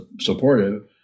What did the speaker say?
supportive